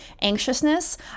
anxiousness